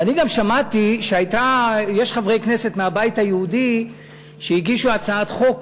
ואני גם שמעתי שיש חברי כנסת מהבית היהודי שהגישו הצעת חוק